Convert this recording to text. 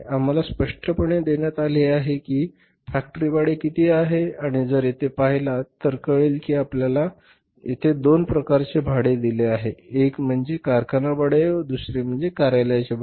आम्हाला स्पष्टपणे देण्यात आले आहे की फॅक्टरी भाडे किती आहे आणि जर येथे पाहिलात तर कळेल की आपल्याला येथे दोन प्रकारचे भाडे दिले आहे एक म्हणजे कारखाना भाडे व दुसरे आहे कार्यालयाचे भाडे